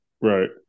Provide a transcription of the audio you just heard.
right